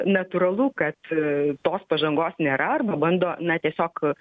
natūralu kad tos pažangos nėra arba bando na tiesiog